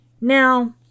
Now